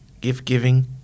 gift-giving